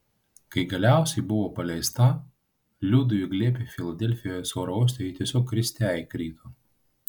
kai galiausiai buvo paleista liudui į glėbį filadelfijos oro uoste ji tiesiog kriste įkrito